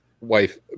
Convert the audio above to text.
wife